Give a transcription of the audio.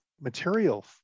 material